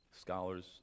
Scholars